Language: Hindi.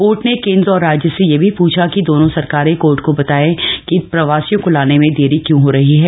कोर्ट ने केंद्र और राज्य से यह भी पूछा है कि दोनों सरकारें कोर्ट को बताए कि प्रवासियों को लाने में देरी क्यों हो रही है